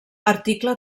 article